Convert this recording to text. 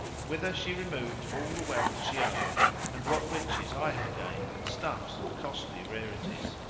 whither she removed all the wealth she owned and what riches i had gained in stuffs and costly rarities.